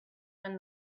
when